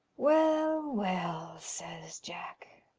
well, well, says jack,